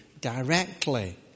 directly